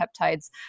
peptides